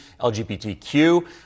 LGBTQ